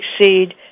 Succeed